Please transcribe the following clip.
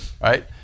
Right